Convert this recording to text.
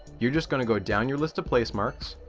you're just going to go down your list of placemarks,